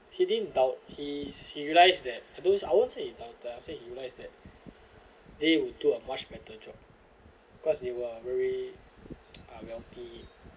he didn't doubt he's he realised that I don't I won't say he doubt but I will say he realise that they will do a much better job cause they were very uh wealthy